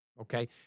okay